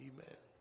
Amen